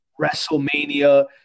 WrestleMania –